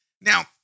Now